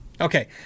Okay